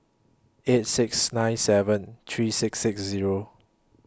eight six nine seven three six six Zero